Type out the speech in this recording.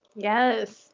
Yes